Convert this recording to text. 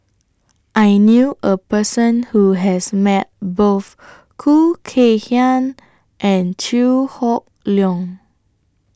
I knew A Person Who has Met Both Khoo Kay Hian and Chew Hock Leong